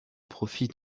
profit